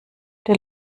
der